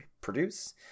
produce